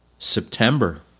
September